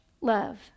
love